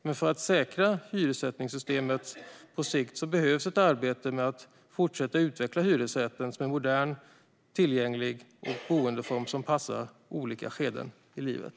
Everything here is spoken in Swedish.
Men för att säkra hyressättningssystemet på sikt krävs ett arbete med att fortsätta att utveckla hyresrätten som en modern, tillgänglig boendeform som passar i livets olika skeden.